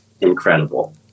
incredible